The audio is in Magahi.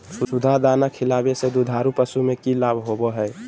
सुधा दाना खिलावे से दुधारू पशु में कि लाभ होबो हय?